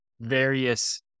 various